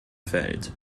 feld